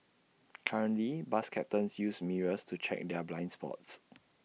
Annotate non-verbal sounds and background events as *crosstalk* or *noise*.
*noise* currently bus captains use mirrors to check their blind spots